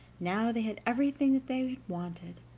now they had everything that they wanted,